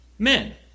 men